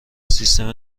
سیستم